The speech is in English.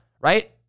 right